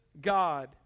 God